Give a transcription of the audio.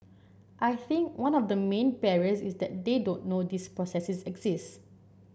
I think one of the main barriers is that they don't know these processes exist